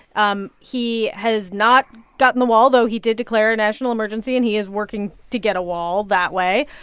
um he has not gotten the wall, though he did declare a national emergency. and he is working to get a wall that way.